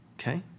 okay